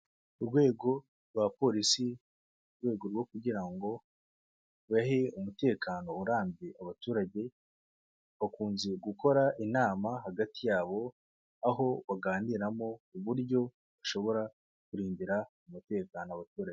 Urwego rwa polisi, urwego rwo kugira ngo bahe umutekano urambye abaturage, bakunze gukora inama hagati yabo aho baganiramo ku buryo bashobora kurindira umutekano abaturage.